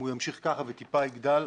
אם זה ימשיך כך וקצת יגדל,